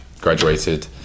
graduated